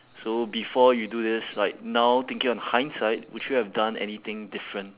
so before you do this like now thinking on hindsight would you have done anything different